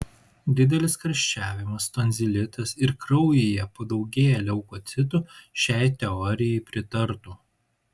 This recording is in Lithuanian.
didelis karščiavimas tonzilitas ir kraujyje padaugėję leukocitų šiai teorijai pritartų